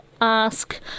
ask